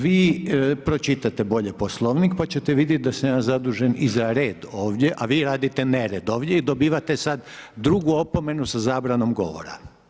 Vi pročitajte bolje Poslovnik, pa ćete vidjeti da sam ja zadužen i za red ovdje, a vi radite nered ovdje i dobivate sada drugu opomenu sa zabranom govora.